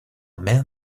man